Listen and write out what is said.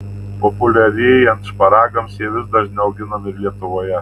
populiarėjant šparagams jie vis dažniau auginami ir lietuvoje